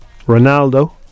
Ronaldo